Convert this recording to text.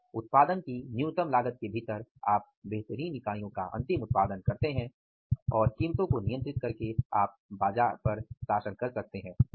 और उत्पादन की न्यूनतम लागत के भीतर आप बेहतरीन इकाईयां अंतिम उत्पादन करते हैं और कीमतों को नियंत्रित करके आप बाजार पर शासन कर सकते हैं